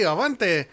Avante